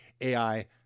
AI